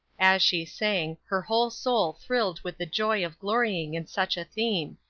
as she sang, her whole soul thrilled with the joy of glorying in such a theme,